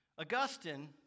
Augustine